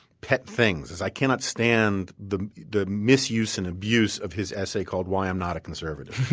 pet things is i cannot stand the the misuse and abuse of his essay called why i'm not a conservative.